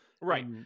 Right